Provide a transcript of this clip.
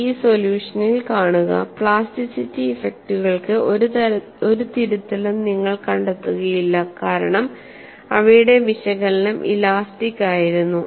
ഈ സൊല്യൂഷനിൽ കാണുക പ്ലാസ്റ്റിസിറ്റി ഇഫക്റ്റുകൾക്ക് ഒരു തിരുത്തലും നിങ്ങൾ കണ്ടെത്തുകയില്ല കാരണം അവയുടെ വിശകലനം ഇലാസ്റ്റിക് ആയിരുന്നു